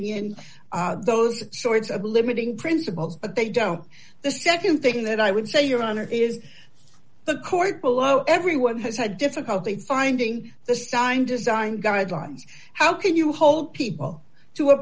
in those sorts of limiting principles but they don't the nd thing that i would say your honor is the court below everyone has had difficulty finding the sign design guidelines how can you hold people to a